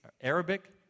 Arabic